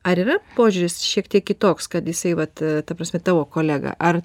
ar yra požiūris šiek tiek kitoks kad jisai vat ta prasme tavo kolega ar